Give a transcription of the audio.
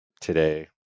today